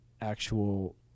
actual